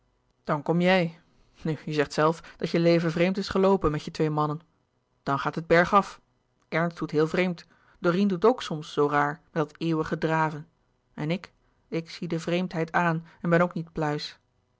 dan kom jij nu je zegt zelf dat je leven vreemd is geloopen met je twee mannen dan gaat het berg af ernst doet heel vreemd dorine doet louis couperus de boeken der kleine zielen ook soms zoo raar met dat eeuwige draven en ik ik zie de vreemdheid aan en ben ook niet pluis